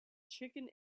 chicken